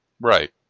Right